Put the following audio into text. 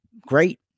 great